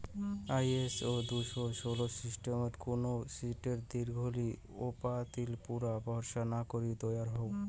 ISO দুশো ষোল সিস্টামটা কুনো শীটের দীঘলি ওপাতালির উপুরা ভরসা না করি তৈয়ার হই